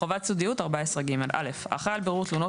חובת סודיות14ג.(א)האחראי על בירור תלונות